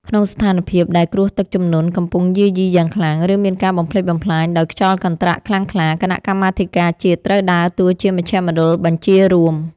ក្នុងស្ថានភាពដែលគ្រោះទឹកជំនន់កំពុងយាយីយ៉ាងខ្លាំង ឬមានការបំផ្លិចបំផ្លាញដោយខ្យល់កន្ត្រាក់ខ្លាំងក្លា គណៈកម្មាធិការជាតិត្រូវដើរតួជាមជ្ឈមណ្ឌលបញ្ជារួម។